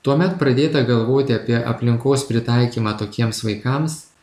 tuomet pradėta galvoti apie aplinkos pritaikymą tokiems vaikams